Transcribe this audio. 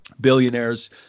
billionaires